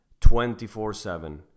24-7